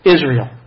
Israel